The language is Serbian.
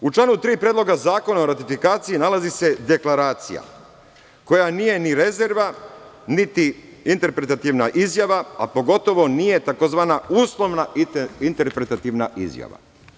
U članu 3. Predloga zakona o ratifikaciji nalazi se Deklaracija koja nije ni rezerva niti interpretativna izjava, a pogotovo nije takozvana uslovna interpretativna izjava.